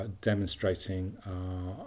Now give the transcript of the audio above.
demonstrating